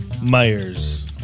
Myers